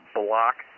block